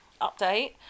update